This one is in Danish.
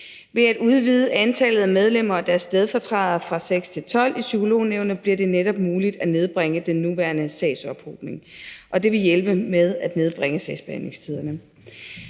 Ved at udvide antallet af medlemmer, der er stedfortrædere, fra 6 til 12 i Psykolognævnet bliver det netop muligt at nedbringe den nuværende sagsophobning, og det vil hjælpe med at nedbringe sagsbehandlingstiderne.